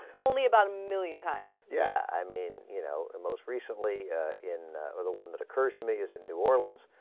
only about a million times yeah i mean you know the most recently in of the one that occurs to me is in new orleans